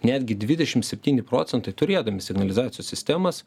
netgi dvidešim septyni procentai turėdami signalizacijos sistemas